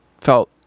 felt